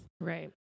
Right